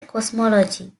cosmology